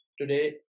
Today